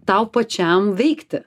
tau pačiam veikti